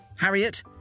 Harriet